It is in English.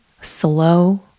slow